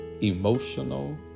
emotional